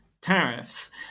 tariffs